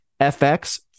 FX